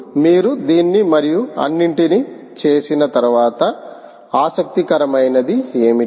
ఇప్పుడు మీరు దీన్ని మరియు అన్నింటినీ చేసిన తర్వాత ఆసక్తికరమైనది ఏమిటి